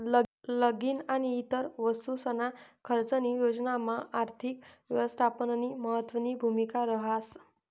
लगीन आणि इतर वस्तूसना खर्चनी योजनामा आर्थिक यवस्थापननी महत्वनी भूमिका रहास